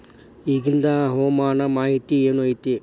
ಇಗಿಂದ್ ಹವಾಮಾನ ಮಾಹಿತಿ ಏನು ಐತಿ?